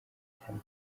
cyane